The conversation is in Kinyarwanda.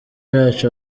yacu